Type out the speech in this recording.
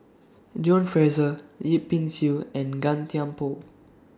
John Fraser Yip Pin Xiu and Gan Thiam Poh